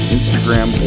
Instagram